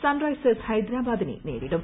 Sunrisers ഹൈദരാബാദിനെ നേരിടും